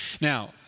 now